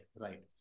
right